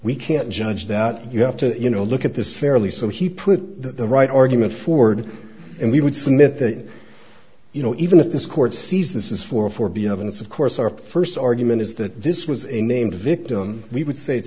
we can't judge that you have to you know look at this fairly so he put the right argument forward and we would submit that you know even if this court sees this is for for be evidence of course our first argument is that this was a named victim we would say it's